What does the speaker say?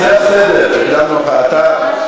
זה הסדר, אתה,